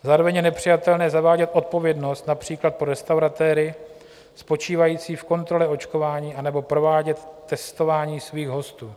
Zároveň je nepřijatelné zavádět odpovědnost například pro restauratéry spočívající v kontrole očkování anebo provádět testování svých hostů.